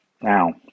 Now